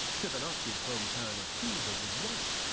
fibonacci's home town of pisa was one.